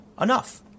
enough